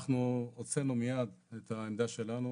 אנחנו הוצאנו מיד את העמדה שלנו